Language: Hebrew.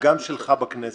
וגם שלך בכנסת,